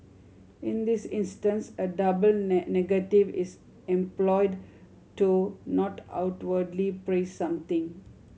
in this instance a double negative is employed to not outwardly praise something